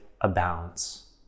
abounds